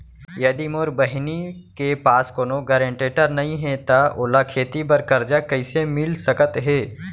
यदि मोर बहिनी के पास कोनो गरेंटेटर नई हे त ओला खेती बर कर्जा कईसे मिल सकत हे?